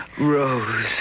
Rose